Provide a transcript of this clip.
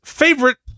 favorite